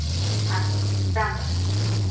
अस्तु राम्राम्